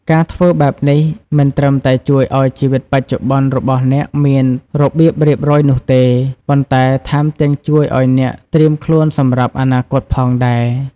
ការធ្វើបែបនេះមិនត្រឹមតែជួយឲ្យជីវិតបច្ចុប្បន្នរបស់អ្នកមានរបៀបរៀបរយនោះទេ ប៉ុន្តែថែមទាំងជួយឲ្យអ្នកត្រៀមខ្លួនសម្រាប់អនាគតផងដែរ។